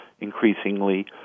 increasingly